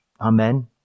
amen